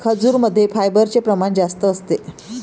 खजूरमध्ये फायबरचे प्रमाण जास्त असते